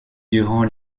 durant